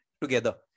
together